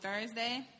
Thursday